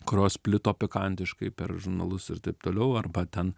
kurios plito pikantiškai per žurnalus ir taip toliau arba ten